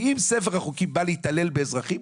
כי אם ספר החוקים בא להתעלל באזרחים,